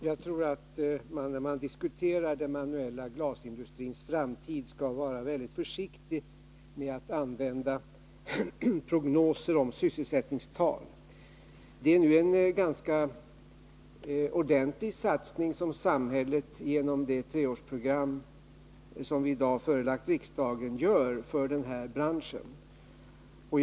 Herr talman! När man diskuterar den manuella glasindustrins framtid tror jag att man bör vara väldigt försiktig med att använda prognoser för sysselsättningstal. Det är nu en ganska ordentligt satsning som samhället gör för den här branschen genom det treårsprogram som vi i dag förelagt riksdagen förslag om.